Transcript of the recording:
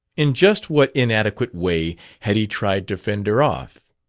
in just what inadequate way had he tried to fend her off?